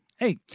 Hey